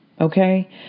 Okay